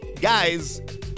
guys